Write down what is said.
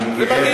אני גאה בו.